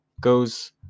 goes